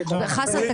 חסן,